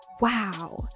Wow